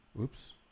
Oops